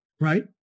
right